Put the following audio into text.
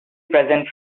present